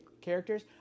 characters